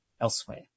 elsewhere